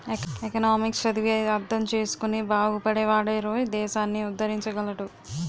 economics చదివి అర్థం చేసుకుని బాగుపడే వాడేరోయ్ దేశాన్ని ఉద్దరించగలడు